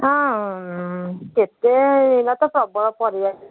ହଁ କେତେ ଏନା ତ ପ୍ରବଳ ପରିବା